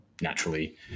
naturally